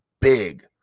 big